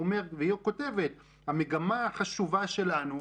והיא כותבת: המגמה החשובה שלנו,